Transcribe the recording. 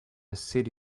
city